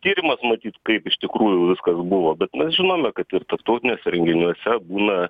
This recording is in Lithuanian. tyrimas matyt kaip iš tikrųjų viskas buvo bet mes žinome kad ir tarptautiniuose renginiuose būna